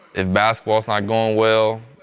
if basketball's not going well,